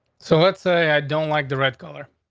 so let's i i don't like the red color.